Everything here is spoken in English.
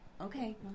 okay